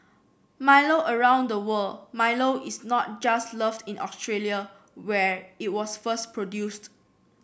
Milo around the world Milo is not just loved in Australia where it was first produced